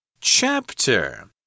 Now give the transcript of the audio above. Chapter